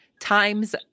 Times